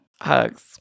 Hugs